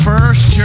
First